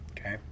okay